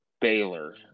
Baylor